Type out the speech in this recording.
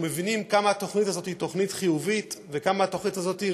אנחנו מבינים כמה התוכנית הזאת היא תוכנית חיובית וכמה התוכנית הזאת,